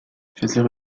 faisait